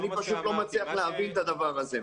אני פשוט לא מצליח להבין את הדבר הזה.